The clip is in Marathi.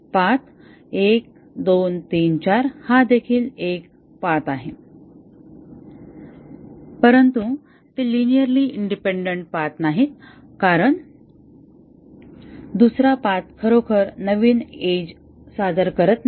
पाथ 1 2 3 4 हा देखील एक पाथ आहे परंतु ते लिनिअरली इंडिपेंडन्ट पाथ नाही कारण दुसरा पाथ खरोखर नवीन एज सादर करत नाही